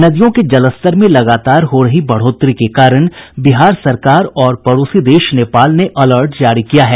नदियों के जलस्तर में लगातार हो रही बढ़ोतरी के कारण बिहार सरकार और पड़ोसी देश नेपाल ने अलर्ट जारी किया है